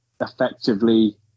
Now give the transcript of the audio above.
effectively